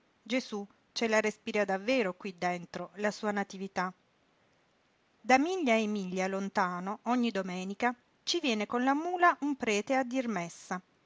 gesú ce la respira davvero qui dentro la sua natività da miglia e miglia lontano ogni domenica ci viene con la mula un prete a dir messa